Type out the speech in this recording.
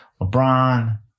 lebron